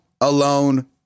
Alone